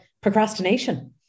procrastination